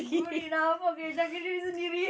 good enough okay jaga diri sendiri